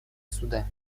суда